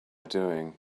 doing